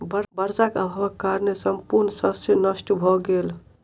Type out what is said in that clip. वर्षाक अभावक कारणेँ संपूर्ण शस्य नष्ट भ गेल